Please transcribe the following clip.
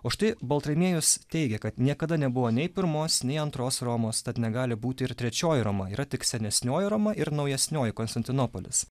o štai baltramiejus teigia kad niekada nebuvo nei pirmos nei antros romos tad negali būti ir trečioji roma yra tik senesnioji roma ir naujesnioji konstantinopolis